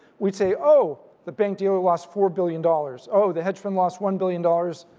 we'd say oh the bank dealer lost four billion dollars. oh the hedge fund lost one billion dollars,